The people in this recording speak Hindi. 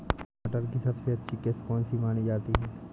मटर की सबसे अच्छी किश्त कौन सी मानी जाती है?